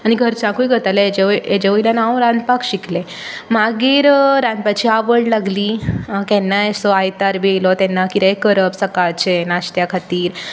घरच्यांकूय करतालें हेजे वय हेजे वयल्यान हांव रांदपाक शिकलें मागीर रांदपाची आवड लागली केन्नाय असो आयतार बी येयलो तेन्ना कितेंय करप सकाळचें नाश्त्या खातीर मागीर